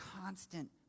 constant